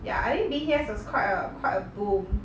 ya I think B_T_S was quite a quite a boom